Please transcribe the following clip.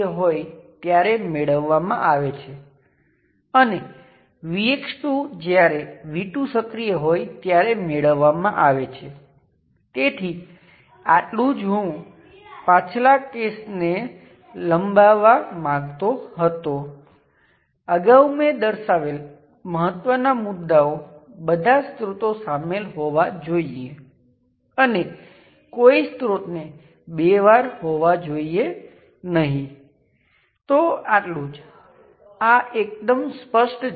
જો તમે તેના વિશે વિચારો છો તો આ ક્યાં તો કંડક્ટન્સ અથવા સર્કિટના રેઝિસ્ટન્સને માપવા જેવું છે જો તમે વોલ્ટેજ લાગુ કરો છો અને કરંટ શોધી કાઢો છો તે કરંટ કંડક્ટન્સ ટાઇમ્સ વોલ્ટેજ હશે